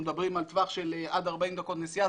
אנחנו מדברים על טווח של עד 40 דקות נסיעה,